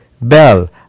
Bell